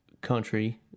country